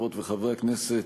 חברות וחברי הכנסת,